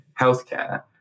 healthcare